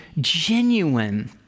genuine